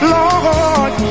Lord